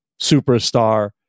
superstar